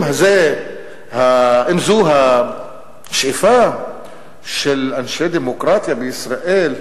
אם זו השאיפה של אנשי דמוקרטיה בישראל,